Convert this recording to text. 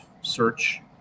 search